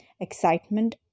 excitement